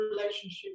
relationship